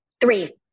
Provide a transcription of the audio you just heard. three